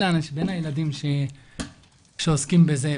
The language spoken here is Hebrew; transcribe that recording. בין הילדים שעוסקים בזה.